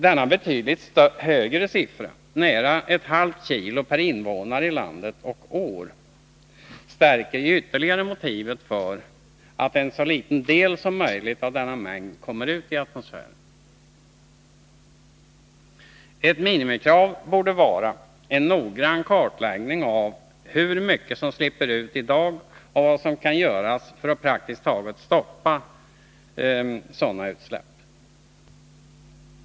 Denna betydligt högre siffra, nära ett halvt kilo per invånare och år, stärker ju ytterligare motivet för att så liten del som möjligt av denna mängd kommer ut i atmosfären. Ett minimikrav borde vara en noggrann kartläggning av hur mycket som slipper ut i dag och vad som kan göras för att praktiskt taget stoppa sådana utsläpp.